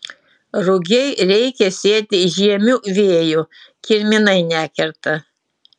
rugiai reikia sėti žiemiu vėju kirminai nekerta